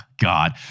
God